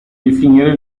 definire